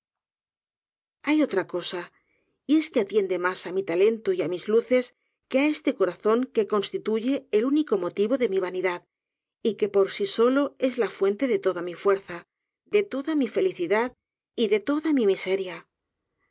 hay otra cosa y es que atiende mas á mi talento y á mis luces que á este corazón que constituye el único motivo de mi vanidad y que por sí solo es la fuente de toda mi fuerza de toda mi felicidad y de toda mi